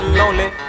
lonely